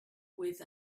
with